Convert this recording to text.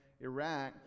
Iraq